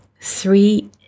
three